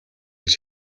гэж